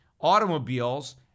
automobiles